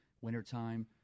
Wintertime